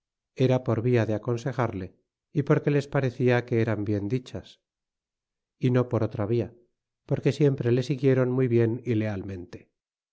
era por via de aconsejarle y porque les parecia que eran bien dichas y no por otra via porque siempre e siguieron muy bien y lealmente